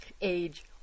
Age